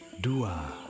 Dua